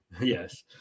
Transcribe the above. Yes